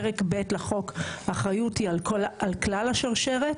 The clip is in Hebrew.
פרק ב' לחוק, האחריות היא על כך, על כלל השרשרת.